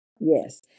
Yes